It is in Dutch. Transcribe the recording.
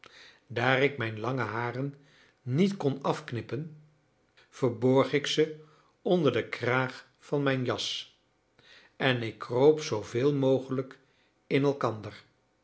daar ik mijn lange haren niet kon afknippen verborg ik ze onder den kraag van mijn jas en ik kroop zooveel mogelijk in elkander